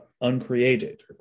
uncreated